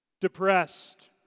depressed